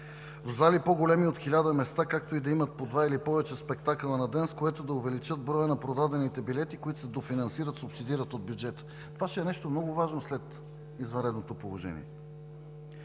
в зали по-големи от 1000 места, както и да имат по два или повече спектакъла на ден, с което да увеличат броя на продадените билети, които се дофинансират, субсидират от бюджета. Това ще е нещо много важно след извънредното положение.